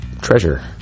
treasure